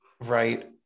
right